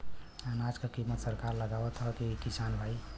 अनाज क कीमत सरकार लगावत हैं कि किसान भाई?